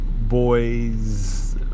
boy's